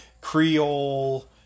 creole